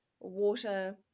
water